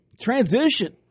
Transition